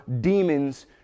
demons